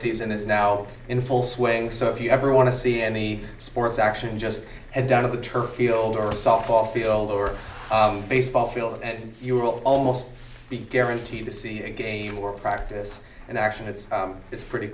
season is now in full swing so if you ever want to see any sports action just head down to the turf field or softball field or baseball field and you will almost be guaranteed to see a game or practice and action it's it's pretty